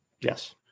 Yes